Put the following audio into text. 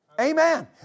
Amen